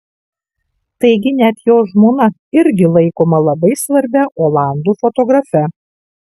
taigi net jo žmona irgi laikoma labai svarbia olandų fotografe